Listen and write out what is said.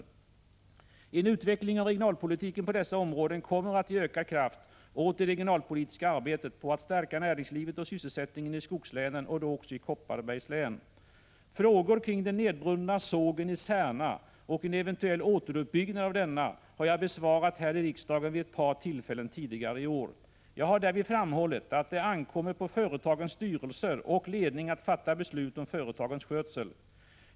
En utveckling av regionalpolitiken på dessa områden kommer att ge ökad kraft åt det regionalpolitiska arbetet på att stärka näringslivet och sysselsättningen i skogslänen och då också i Kopparbergs län. Frågor kring den nedbrunna sågen i Särna och en eventuell återuppbyggnad av denna har jag besvarat här i riksdagen vid ett par tillfällen tidigare i år. Jag har därvid framhållit att det ankommer på företagens styrelser och ledning att fatta beslut om företagens skötsel.